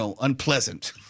unpleasant